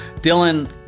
Dylan